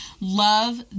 love